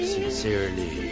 Sincerely